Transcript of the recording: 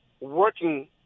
working